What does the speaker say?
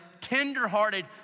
tenderhearted